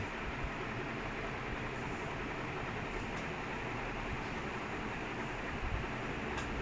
ya ya கண்டிப்பா:kandippaa two to three depending on typing speed பொருத்தும்:poruthum